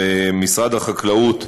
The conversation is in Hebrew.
ומשרד החקלאות,